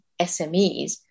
SMEs